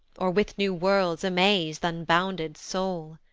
or with new worlds amaze th' unbounded soul.